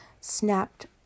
snapped